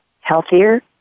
healthier